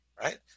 right